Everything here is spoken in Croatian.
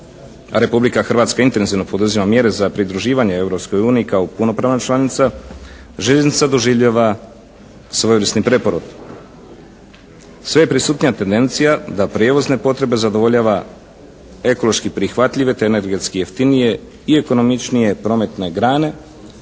Republika Hrvatska intenzivno poduzima mjere za pridruživanje Europskoj uniji kao punopravna članica. Željeznica doživljava svojevrsni preporod. Sve je prisutnija tendencija da prijevozne potrebe zadovoljava ekološki prihvatljive te energetski jeftinije i ekonomičnije prometne grane